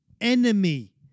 enemy